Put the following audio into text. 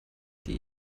die